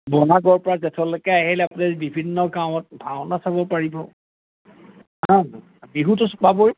বহাগৰ পৰা জেঠলৈকে আহিলে আপুনি বিভিন্ন গাঁৱত ভাওনা চাব পাৰিব বিহুটো পাব